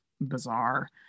bizarre